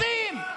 אתם לא רוצים.